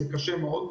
זה קשה מאוד.